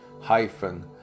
hyphen